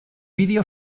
vídeo